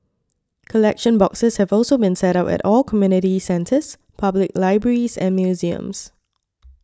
collection boxes have also been set up at all community centres public libraries and museums